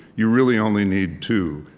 you really only need two.